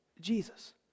Jesus